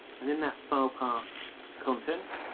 and in that filepath content,